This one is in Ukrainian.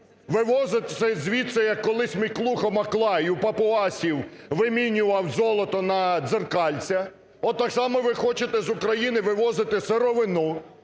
вивозити все звідси, як колись Миклухо-Маклай і в папуасів вимінював золото на дзеркальце, от так само ви хочете з України вивозити сировину,